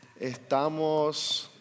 Estamos